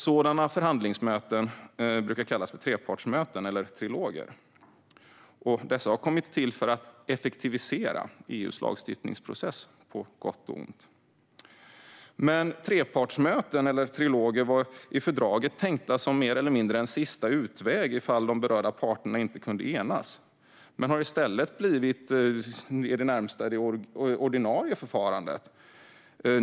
Sådana förhandlingsmöten brukar kallas trepartsmöten eller triloger, och dessa har kommit till för att effektivisera EU:s lagstiftningsprocess - på gott och ont. Trepartsmöten eller triloger var i fördraget tänkta som mer eller mindre en sista utväg ifall de berörda parterna inte kunde enas, men de har i stället blivit i det närmaste ordinarie förfarande.